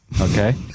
Okay